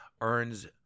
earns